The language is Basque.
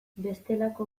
bestelako